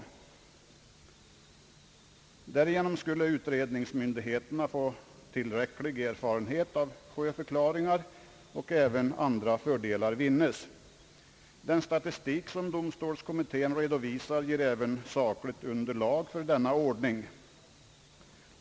Genom denna nedskärning skulle utredningsmyndigheterna få tillräcklig erfarenhet av sjöförklaringar, och även andra fördelar vinnes. Den statistik som domstolskommittén redovisar ger även sakligt underlag för denna ordning.